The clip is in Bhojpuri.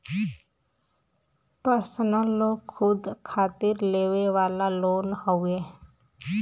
पर्सनल लोन खुद खातिर लेवे वाला लोन हउवे